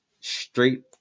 straight